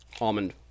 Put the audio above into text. Almond